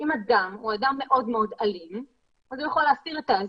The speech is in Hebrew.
אם אדם הוא אדם מאוד אלים הוא יכול להסיר את האזיק,